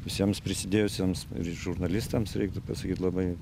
visiems prisidėjusiems žurnalistams reiktų pasakyt labai